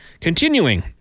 continuing